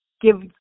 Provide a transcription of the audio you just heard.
give